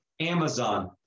Amazon